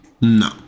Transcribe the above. no